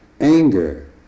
anger